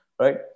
right